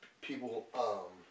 people